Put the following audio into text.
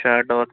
shirt اور